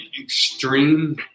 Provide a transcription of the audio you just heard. extreme